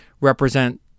represent